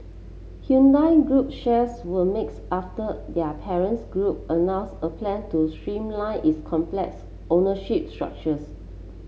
Hyundai Group shares were mixed after their parents group announced a plan to streamline its complex ownership structures